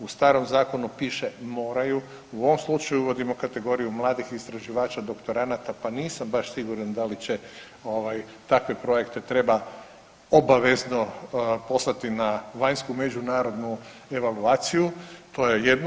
U starom zakonu piše moraju, u ovom slučaju uvodimo kategoriju mladih istraživača, doktoranata pa nisam baš siguran da li će ovaj takve projekte treba obavezno poslati na vanjsku međunarodnu evaluaciju, to je jedno.